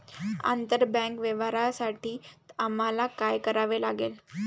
आंतरबँक व्यवहारांसाठी आम्हाला काय करावे लागेल?